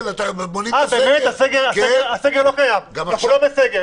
יכול להיות שאנחנו לא בסגר,